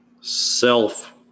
self